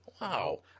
wow